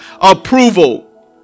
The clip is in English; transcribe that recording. approval